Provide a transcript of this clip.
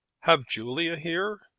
have julia here?